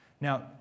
Now